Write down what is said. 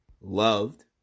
loved